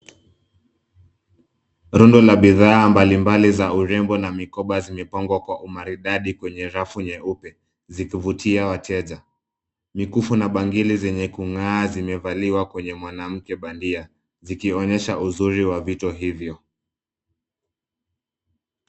Rundo la bidhaa mbali mbali za urembo na mikoba zimepangwa kwa umaridadi kwenye rafu nyeupe, zikivutia wateja. Mikufu na bangili zenye kung'aa zimevaliwa kwenye mwanamke bandia, zikionyesha uzuri wa vitu hivyo.